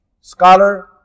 scholar